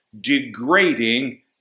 degrading